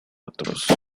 otros